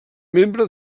membre